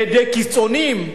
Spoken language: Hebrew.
מפני קיצונים,